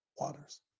waters